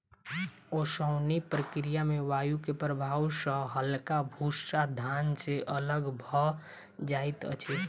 ओसौनिक प्रक्रिया में वायु के प्रभाव सॅ हल्का भूस्सा धान से अलग भअ जाइत अछि